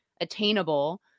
attainable